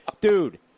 dude